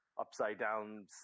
upside-down